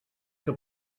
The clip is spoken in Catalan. que